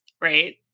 right